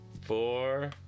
four